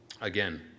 again